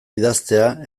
idaztea